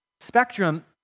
spectrum